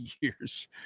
years